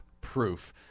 proof